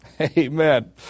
Amen